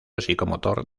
psicomotor